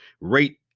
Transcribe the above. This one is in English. rate